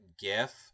gif